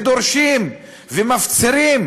ודורשים ומפצירים